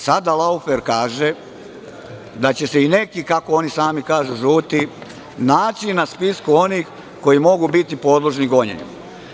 Sada „Laufer“ kaže da će se i neki, kako oni sami kažu, žuti naći na spisku onih koji mogu biti podložni gonjenju.